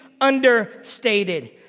understated